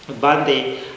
Bande